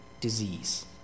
disease